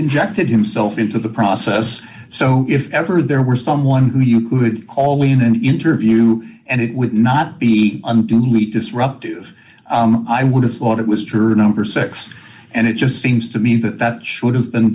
injected himself into the process so if ever there were someone who you could call in an interview and it would not be unduly disruptive i would have thought it was turned over sex and it just seems to me that that should have been